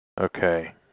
Okay